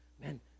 man